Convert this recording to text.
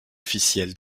officiel